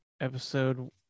episode